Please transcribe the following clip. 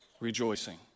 Rejoicing